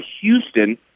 Houston